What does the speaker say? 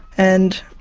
and,